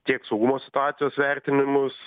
tiek saugumo situacijos vertinimus